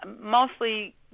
Mostly